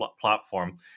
platform